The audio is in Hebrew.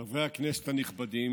חברי הכנסת הנכבדים,